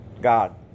God